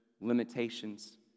limitations